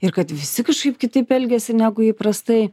ir kad visi kažkaip kitaip elgiasi negu įprastai